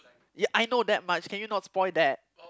ya I know that much can you not spoil that